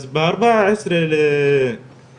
אז ב-14 לאוקטובר,